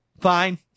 fine